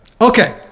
Okay